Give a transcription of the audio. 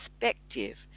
perspective